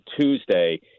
Tuesday